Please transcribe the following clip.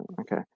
Okay